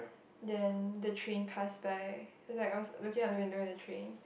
then the train pass by cause I was looking at the window and the train